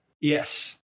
Yes